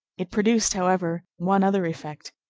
it produced, however, one other effect,